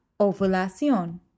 ovulación